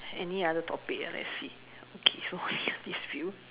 any other topic ah let's see okay so only got this few